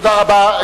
תודה רבה.